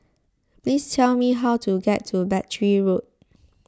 please tell me how to get to Battery Road